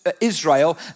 Israel